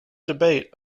debate